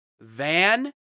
Van